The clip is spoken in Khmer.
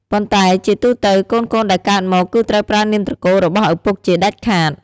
ប៉ុន្តែជាទូទៅ កូនៗដែលកើតមក គឺត្រូវប្រើនាមត្រកូលរបស់ឪពុកជាដាច់ខាត។